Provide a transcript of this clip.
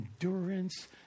endurance